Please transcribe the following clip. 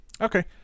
Okay